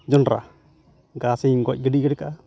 ᱡᱚᱸᱰᱨᱟ ᱜᱷᱟᱥᱤᱧ ᱜᱚᱡ ᱜᱤᱰᱤ ᱜᱤᱲᱤ ᱠᱟᱜᱼᱟ